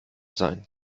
sein